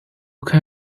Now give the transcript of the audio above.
can